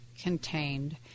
contained